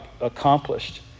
accomplished